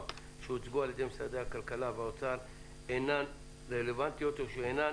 שהוצגו על-ידי משרדי הכלכלה והאוצר אינן רלוונטיות או שאינן